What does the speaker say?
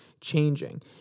changing